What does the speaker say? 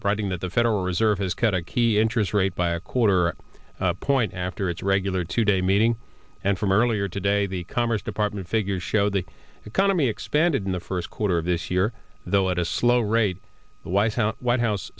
writing that the federal reserve has cut a key interest rate by a quarter point after its regular two day meeting and from earlier today the economy department figures show the economy expanded in the first quarter of this year though at a slower rate the white house white house